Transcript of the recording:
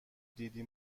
دیدی